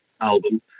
album